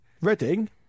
Reading